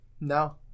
No